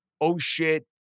oh-shit